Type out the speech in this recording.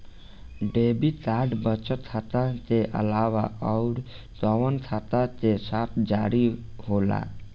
Debit card बचत खाता के अलावा अउरकवन खाता के साथ जारी होला?